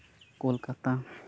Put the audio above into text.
Kolkata